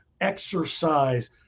exercise